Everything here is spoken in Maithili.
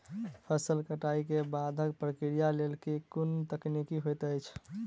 फसल कटाई केँ बादक प्रक्रिया लेल केँ कुन तकनीकी होइत अछि?